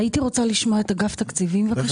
הייתי רוצה לשמוע את אגף התקציבים, בבקשה.